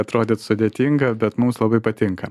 atrodyt sudėtinga bet mums labai patinka